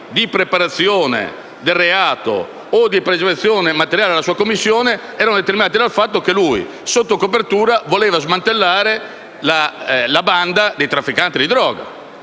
di preparazione del reato o di partecipazione materiale alla sua commissione erano determinati dal fatto che egli stesso, sotto copertura, intendeva smantellare la banda di trafficanti di droga.